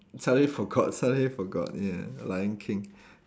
suddenly forgot suddenly forgot yeah lion king